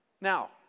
Now